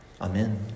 Amen